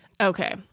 Okay